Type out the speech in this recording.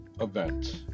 event